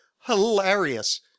hilarious